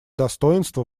достоинства